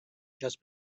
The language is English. just